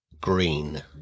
green